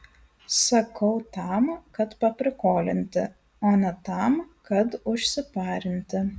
sakau tam kad paprikolinti o ne tam kad užsiparinti